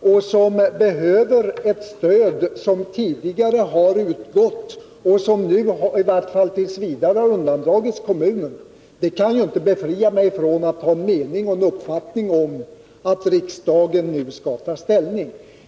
och som behöver ett stöd som tidigare har utgått och i varje fallt. v. har undandragits kommunen, det kan ju inte befria mig från att ha en mening när det gäller att riksdagen nu skall ta ställning.